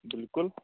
بالکُل